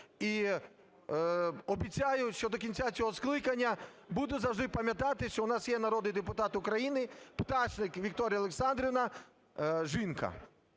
І обіцяю, що до кінця цього скликання буду завжди пам'ятати, що в нас є народний депутат України Пташник Вікторія Олександрівна – жінка.